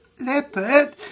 Leopard